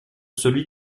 celui